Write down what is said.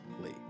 Lee